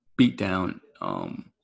Beatdown